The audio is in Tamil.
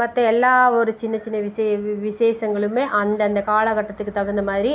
மற்ற எல்லா ஒரு சின்ன சின்ன விஷ விசேஷங்களுமே அந்தந்த காலகட்டத்துக்கு தகுந்த மாதிரி